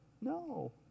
No